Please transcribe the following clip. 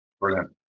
brilliant